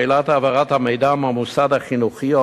1. שאלת העברת המידע מהמוסד החינוכי או